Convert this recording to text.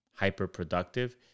hyperproductive